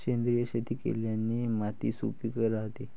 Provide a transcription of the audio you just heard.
सेंद्रिय शेती केल्याने माती सुपीक राहते